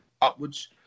upwards